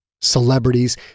Celebrities